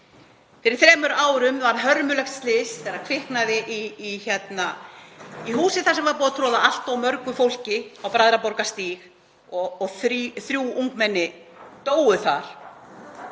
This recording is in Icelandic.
Fyrir þremur árum varð hörmulegt slys þegar kviknaði í húsi sem búið var að troða allt of mörgu fólki í, á Bræðraborgarstíg, og þrjú ungmenni dóu þar.